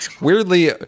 Weirdly